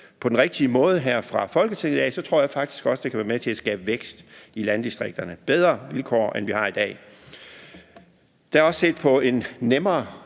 på den rigtige måde her i Folketinget, tror jeg faktisk også, at det kan være med til at skabe vækst i landdistrikterne og give bedre vilkår, end vi har i dag. Der er også set på en nemmere